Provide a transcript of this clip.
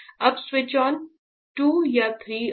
अब switch on 2 या 3 on